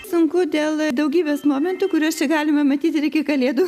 sunku dėl daugybės momentų kuriuos čia galima matyt ir iki kalėdų